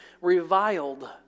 reviled